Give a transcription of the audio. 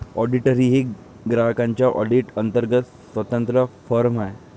auditor ही ग्राहकांच्या audit अंतर्गत स्वतंत्र फर्म आहे